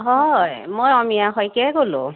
হয় মই অমিয়া শইকীয়াই ক'লোঁ